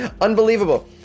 Unbelievable